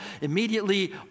immediately